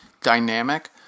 dynamic